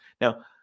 Now